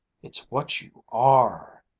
it's what you are!